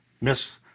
miss